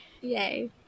Yay